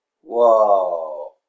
Whoa